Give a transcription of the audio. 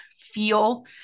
feel